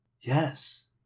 Yes